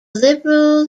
liberal